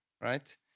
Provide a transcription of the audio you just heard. right